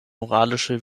moralische